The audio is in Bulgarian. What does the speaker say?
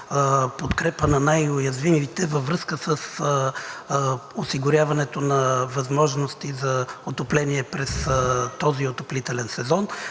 подкрепа на най-уязвимите във връзка с осигуряването на възможности за отопление през този отоплителен сезон.